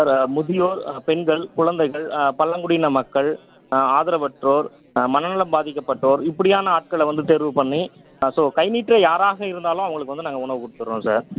அப்புறம் முதியோர் பெண்கள் குழந்தைகள் பழங்குடியின மக்கள் ஆதரவற்றோர் மனநலம் பாதிக்கப்பட்டோர் இப்படியான ஆட்களை வந்து தேர்வு பண்ணி ஸோ கை நீட்டுற யாராக இருந்தாலும் அவங்களுக்கு வந்து நாங்கள் உணவு கொடுத்துட்றோம் சார்